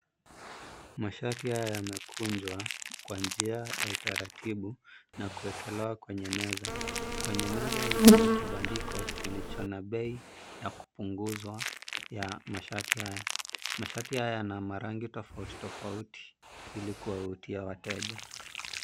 Mashati haya yamekunjwa kwa njia ya utaratibu na kuwekelewa kwenye meza. Kwenye meza hii kuna kibadiko kilicho na bei ya kupunguzwa ya mashati haya. Mashati haya yana marangi tofauti tofauti ili kuvutia wateja.